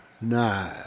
No